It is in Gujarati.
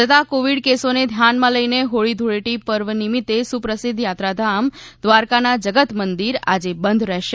વધતાં કોવિડ કેસોને ધ્યાનમાં લઈને હોળી ધૂળેટી પર્વ નિમિત્ત સુપ્રસિદ્ધ યાત્રાધામ દ્વારકાના જગત મંદિર આજે બંધ રહેશે